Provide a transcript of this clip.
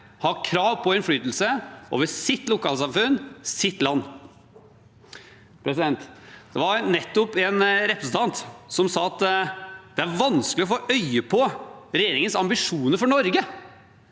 har krav på innflytelse over sitt lokalsamfunn, sitt land. Det var nettopp en representant som sa at det er vanskelig å få øye på regjeringens ambisjoner for Norge.